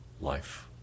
life